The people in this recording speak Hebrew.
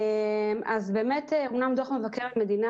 אמנם דוח מבקר המדינה,